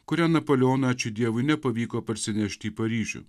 kurią napoleoną ačiū dievui nepavyko parsinešti į paryžių